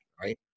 right